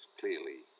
clearly